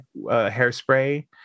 Hairspray